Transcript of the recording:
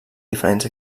diferents